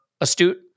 astute